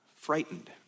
frightened